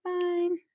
fine